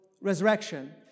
resurrection